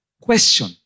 Question